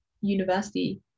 university